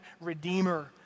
redeemer